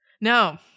No